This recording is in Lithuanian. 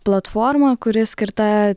platforma kuri skirta